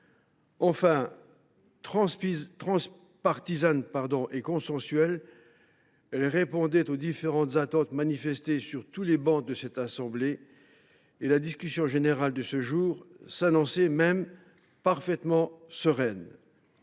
Enfin, transpartisane et consensuelle, elle répondait aux attentes manifestées sur toutes les travées de la Haute Assemblée. La discussion générale de ce jour s’annonçait donc parfaitement sereine.